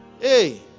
hey